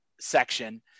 section